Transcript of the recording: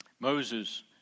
Moses